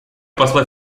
посла